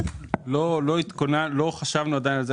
עדיין לא חשבנו על זה.